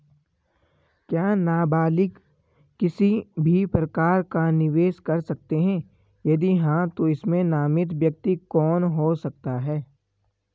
क्या नबालिग किसी भी प्रकार का निवेश कर सकते हैं यदि हाँ तो इसमें नामित व्यक्ति कौन हो सकता हैं?